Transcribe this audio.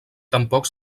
tampoc